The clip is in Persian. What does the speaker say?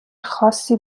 خاصی